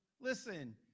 listen